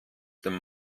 dem